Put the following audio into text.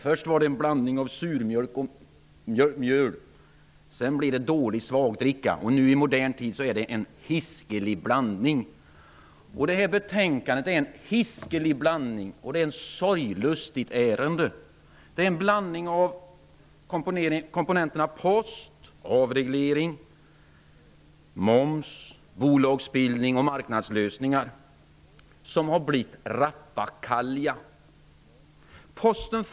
Först avsåg det en blandning av surmjölk och mjöl, sedan blev det dålig svagdricka, och i modern tid är det ''en hiskelig blandning''. Detta betänkande är en hiskelig blandning, och det är ett sorglustigt ärende. Det är en blandning av komponenterna post, avreglering, moms, bolagsbildning och marknadslösningar, som har blivit rappakalja.